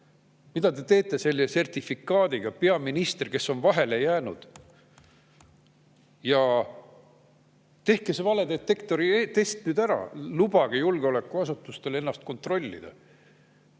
Mida te teete selle sertifikaadiga, peaminister, kui te olete vahele jäänud? Tehke see valedetektoritest nüüd ära, lubage julgeolekuasutustel ennast kontrollida.